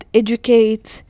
educate